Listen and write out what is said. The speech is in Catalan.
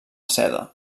seda